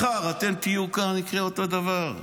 מחר אתם תהיו כאן ויקרה אותו דבר.